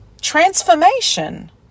transformation